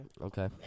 Okay